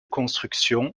construction